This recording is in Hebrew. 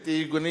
בלתי הגיוני,